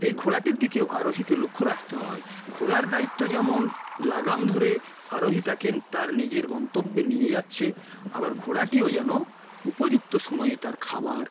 এই ঘোড়াটির দিকেও আরোহীকে লক্ষ্য রাখতে হয় ঘোড়ার দায়িত্ব যেমন লাগাম ধরে আরোহী তাকে তার নিজের গন্তব্যে নিয়ে যাচ্ছে আবার ঘোড়াটিও যেন উপযুক্ত সময়ে তার খাবার